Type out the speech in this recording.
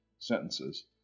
sentences